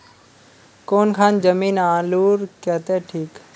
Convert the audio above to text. कौन खान जमीन आलूर केते ठिक?